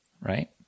right